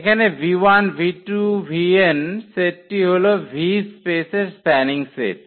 এখানে v1 v2 v𝑛 সেটটি হলো V স্পেসের স্প্যানিং সেট